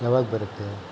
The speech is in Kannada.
ಯಾವಾಗ ಬರುತ್ತೆ